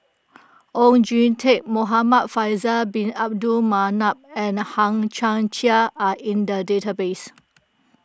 Oon Jin Teik Muhamad Faisal Bin Abdul Manap and Hang Chang Chieh are in the database